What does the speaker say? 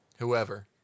Whoever